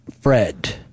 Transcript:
fred